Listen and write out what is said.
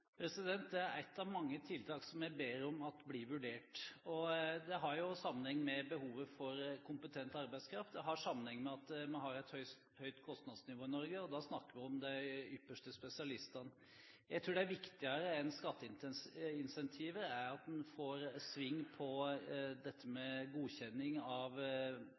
Det er ett av mange tiltak som jeg ber om blir vurdert. Det har sammenheng med behovet for kompetent arbeidskraft, og det har sammenheng med at vi har et høyt kostnadsnivå i Norge. Vi snakker om de ypperste spesialistene. Jeg tror at viktigere enn skatteincentiver er det å få sving på dette med forhåndsgodkjenning av